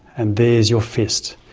and there's your fist.